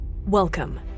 Welcome